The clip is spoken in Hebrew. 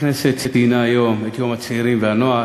הכנסת ציינה היום את יום הצעירים והנוער.